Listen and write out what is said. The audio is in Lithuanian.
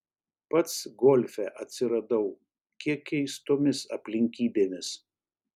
pats golfe atsiradau kiek keistomis aplinkybėmis